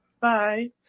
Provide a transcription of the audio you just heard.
bye